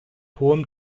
hohem